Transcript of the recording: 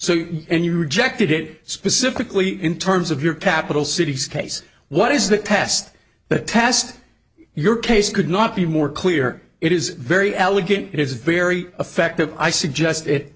so and you rejected it specifically in terms of your capital cities case what is that test that test your case could not be more clear it is very elegant it's very effective i suggest it